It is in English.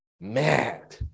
mad